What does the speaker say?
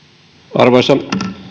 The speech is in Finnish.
arvoisa